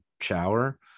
Shower